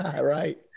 Right